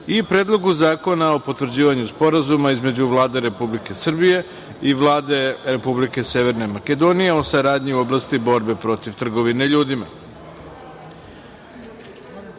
i Predlogu zakona o potvrđivanju Sporazuma između Vlade Republike Srbije i Vlade Republike Severne Makedonije o saradnji u oblasti borbe protiv trgovine